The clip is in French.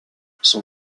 son